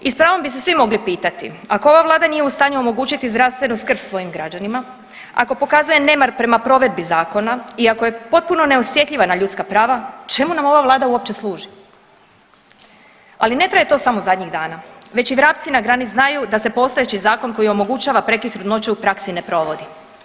I s pravom bi se svi mogli pitati ako vlada nije u stanju omogućiti zdravstvenu skrb svojim građanima, ako pokazuje nemar prema provedbi zakona i ako je potpuno neosjetljiva na ljudska prava čemu nam ova vlada uopće služi, ali ne traje to samo zadnjih dana, već i vrapci na grani znaju da se postojeći zakon koji omogućava prekid trudnoće u praksi ne provodi.